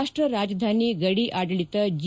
ರಾಷ್ಟ ರಾಜಧಾನಿ ಗಡಿ ಆಡಳಿತ ಜಿ